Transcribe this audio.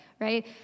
right